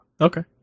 Okay